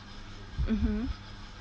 mmhmm